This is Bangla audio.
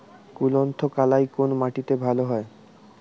কুলত্থ কলাই কোন মাটিতে ভালো হয়?